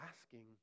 asking